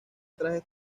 trajes